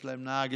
יש להם נהג,